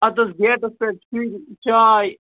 اَدٕ حظ گیٹَس پٮ۪ٹھ شُرۍ چاے